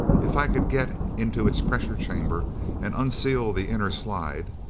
if i could get into its pressure chamber and unseal the inner slide.